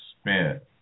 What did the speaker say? spent